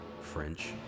French